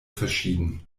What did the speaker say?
verschieden